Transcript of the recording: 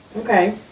Okay